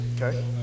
Okay